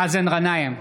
אינו נוכח בנימין גנץ,